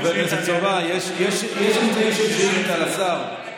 חבר הכנסת סובה, יש אמצעי של שאילתה לשר.